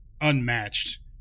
unmatched